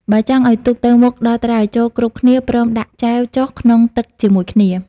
បើចង់ឱ្យទូកទៅមុខដល់ត្រើយ ចូរគ្រប់គ្នាព្រមដាក់ចែវចុះក្នុងទឹកជាមួយគ្នា។